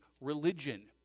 religion